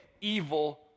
evil